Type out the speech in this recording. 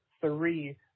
three